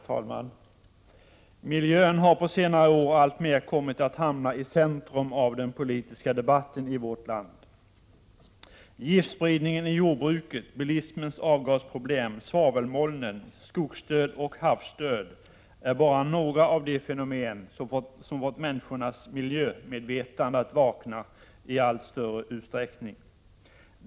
Herr talman! Miljön har på senare år alltmer kommit att hamna i centrum av den politiska debatten i vårt land. Giftspridningen i jordbruket, bilismens avgasproblem, svavelmolnen, skogsdöd och havsdöd är bara några av de fenomen som fått människornas miljömedvetande att vakna i allt större utsträckning.